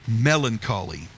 melancholy